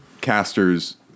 casters